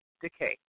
Decay